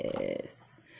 yes